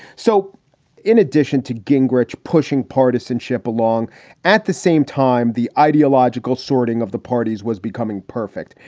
so in addition to gingrich pushing partisanship along at the same time, the ideological sorting of the parties was becoming perfect.